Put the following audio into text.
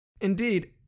Indeed